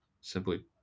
simply